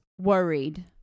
worried